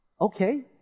okay